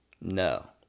No